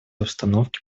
обстановке